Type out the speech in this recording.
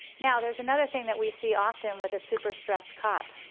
now there's another thing that we see often with a super-stressed cop.